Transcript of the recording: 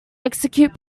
execute